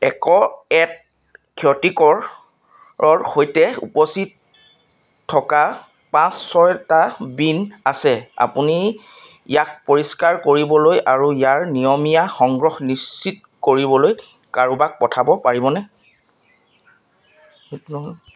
এক এত ক্ষতিকৰ ৰ সৈতে উপচি থকা পাঁচ ছয়টা বিন আছে আপুনি ইয়াক পৰিষ্কাৰ কৰিবলৈ আৰু ইয়াৰ নিয়মীয়া সংগ্ৰহ নিশ্চিত কৰিবলৈ কাৰোবাক পঠাব পাৰিবনে